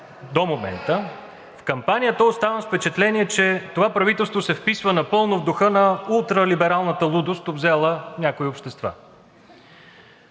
до момента в кампанията оставам с впечатлението, че това правителство се вписва напълно в духа на ултралибералната лудост, обзела някои общества.